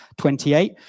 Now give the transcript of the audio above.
28